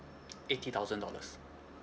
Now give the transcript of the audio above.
eighty thousand dollars